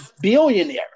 billionaire